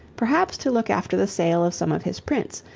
perhaps to look after the sale of some of his prints,